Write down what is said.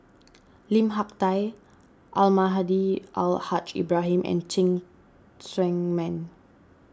Lim Hak Tai Almahdi Al Haj Ibrahim and Cheng Tsang Man